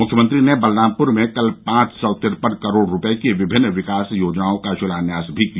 मुख्यमंत्री ने बलरामपुर में कल पॉच सौ तिरपन करोड़ रूपये की विभिन्न विकास योजनाओं का शिलान्यास भी किया